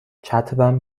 چترم